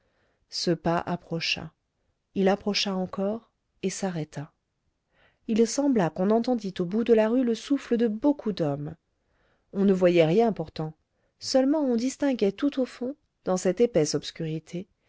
ce pas approcha il approcha encore et s'arrêta il sembla qu'on entendît au bout de la rue le souffle de beaucoup d'hommes on ne voyait rien pourtant seulement on distinguait tout au fond dans cette épaisse obscurité